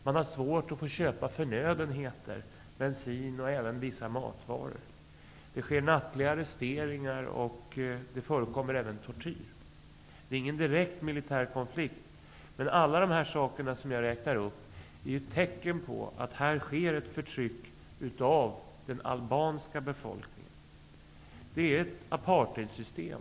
Man har svårt att få köpa förnödenheter såsom bensin och även vissa matvaror. Det sker nattliga arresteringar, och det förekommer även tortyr. Det är ingen direkt militär konflikt, men alla de saker jag räknar upp är tecken på att den albanska befolkningen förtrycks. Det är ett apartheidsystem.